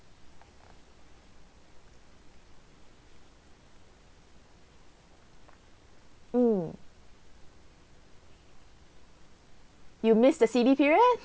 mm you missed the C_B period